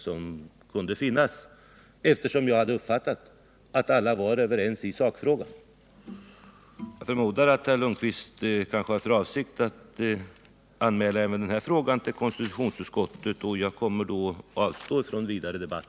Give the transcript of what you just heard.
Jag trodde som sagt att vi alla var överens i sakfrågan. Kanske har herr Lundkvist för avsikt att anmäla även den här frågan till konstitutionsutskottet. Jag avstår i så fall från vidare debatt.